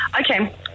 Okay